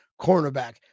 cornerback